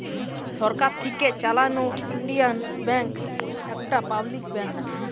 সরকার থিকে চালানো Indian bank একটা পাবলিক ব্যাঙ্ক